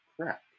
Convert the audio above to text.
crap